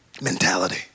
mentality